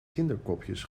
kinderkopjes